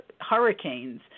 hurricanes